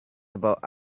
about